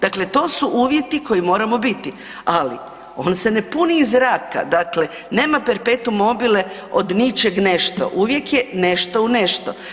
Dakle, to su uvjeti koje moramo biti, ali on se ne puni iz zraka, dakle nema perpetum mobile od ničeg nešto, uvijek je nešto u nešto.